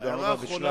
תודה רבה בשלב זה.